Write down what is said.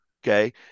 Okay